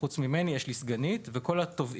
חוץ ממני יש לי סגנית, וכל התובעים